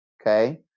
Okay